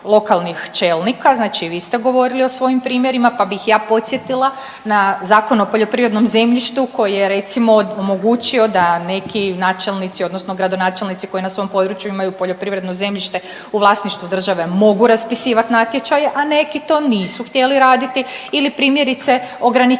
lokalnih čelnika, znači i vi ste govorili o svojim primjerima, pa bi ih ja podsjetila na Zakon o poljoprivrednom zemljištu koji je recimo omogućio da neki načelnici odnosno gradonačelnici koji na svom području imaju poljoprivredno zemljište u vlasništvu države mogu raspisivat natječaje, a neki to nisu htjeli raditi ili primjerice ograničenje